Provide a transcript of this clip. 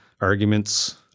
arguments